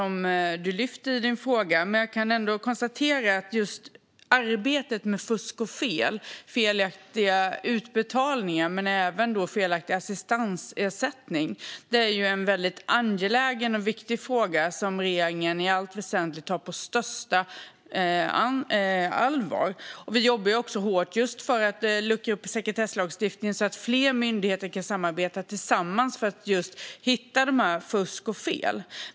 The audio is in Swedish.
Men jag kan konstatera att arbetet med fusk och fel, felaktiga utbetalningar och även felaktig assistansersättning är en väldigt angelägen och viktig fråga som regeringen i allt väsentligt tar på största allvar. Vi jobbar hårt för att luckra upp sekretesslagstiftningen, så att fler myndigheter kan samarbeta för att hitta fusk och fel.